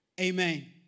Amen